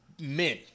men